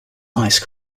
ice